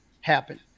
happen